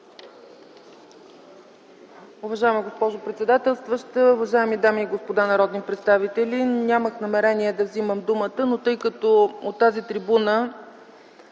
Уважаема госпожо председателстваща, уважаеми дами и господа народни представители! Нямах намерение да вземам думата, но тъй като от тази трибуна